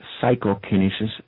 psychokinesis